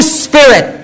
spirit